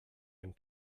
ein